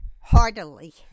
heartily